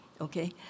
okay